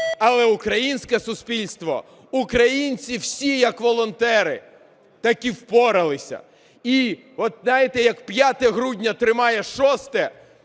але українське суспільство, українці всі, як волонтери, таки впоралися. І знаєте, як 5 грудня тримає 6-е,